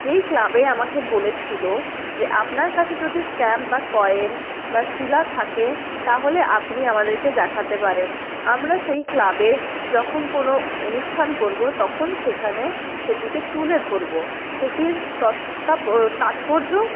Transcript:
যেই ক্লাবে আমাকে বলেছিলো যে আপনার কাছে যদি স্ট্যাম্প বা কয়েন বা শিলা থাকে তাহলে আপনি আমাদেরকে দেখাতে পারেন আমরা সেই ক্লাবে যখন কোনো অনুষ্ঠান করবো তখন সেখানে সেটিকে তুলে ধরবো সেটির তাৎপর্য